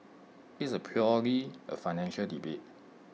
it's purely A financial debate